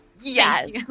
Yes